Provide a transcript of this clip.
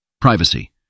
Privacy